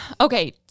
okay